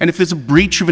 and if there's a breach of